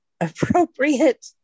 appropriate